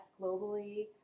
globally